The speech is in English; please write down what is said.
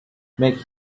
make